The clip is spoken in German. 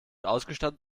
ausgestattet